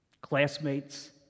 classmates